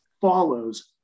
follows